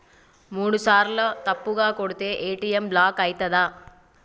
మూడుసార్ల తప్పుగా కొడితే ఏ.టి.ఎమ్ బ్లాక్ ఐతదా?